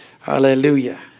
Hallelujah